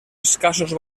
escassos